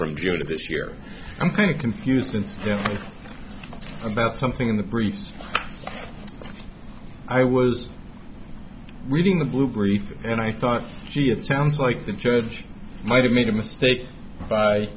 from june of this year i'm kind of confused about something in the briefs i was reading the blue brief and i thought she it sounds like the church might have made a mistake by